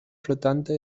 flotante